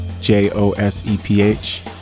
j-o-s-e-p-h